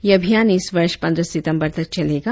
यह अभियान इस वर्ष पंद्रह सितम्बर तक चलेगा